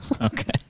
Okay